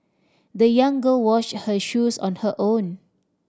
the young girl washed her shoes on her own